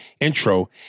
intro